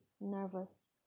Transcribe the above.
nervous